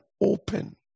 open